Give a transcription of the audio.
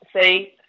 see